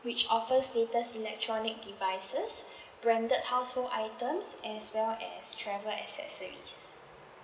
which offers latest electronic devices branded household items as well as travel accessories